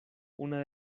una